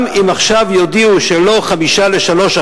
גם אם יודיעו שעכשיו לא 14:55,